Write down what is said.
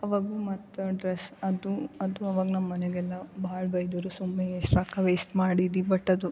ಆವಾಗು ಮತ್ತು ಡ್ರೆಸ್ ಅದು ಅದು ಅವಾಗ ನಮ್ಮ ಮನೆಗೆಲ್ಲ ಭಾಳ ಬೈದರು ಸುಮ್ಮನೆ ಎಷ್ಟು ರೊಕ್ಕ ವೇಸ್ಟ್ ಮಾಡಿದಿ ಬಟ್ ಅದು